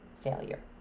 failure